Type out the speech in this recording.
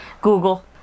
google